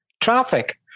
Traffic